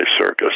Circus